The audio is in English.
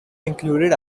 included